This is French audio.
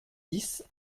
dix